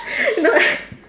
no lah